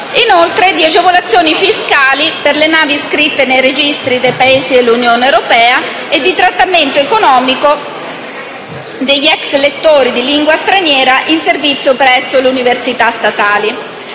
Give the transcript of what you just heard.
- di agevolazioni fiscali per le navi iscritte nei registri dei Paesi dell'Unione europea e di trattamento economico degli ex lettori di lingua straniera in servizio presso le università statali.